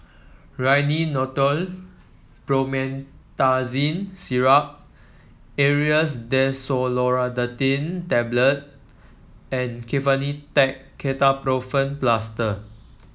Rhinathiol Promethazine Syrup Aerius DesloratadineTablet and Kefentech Ketoprofen Plaster